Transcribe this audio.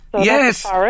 Yes